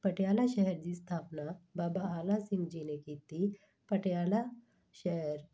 ਪਟਿਆਲਾ ਸ਼ਹਿਰ ਦੀ ਸਥਾਪਨਾ ਬਾਬਾ ਆਲਾ ਸਿੰਘ ਜੀ ਨੇ ਕੀਤੀ ਪਟਿਆਲਾ ਸ਼ਹਿਰ